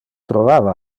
trovava